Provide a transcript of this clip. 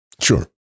Sure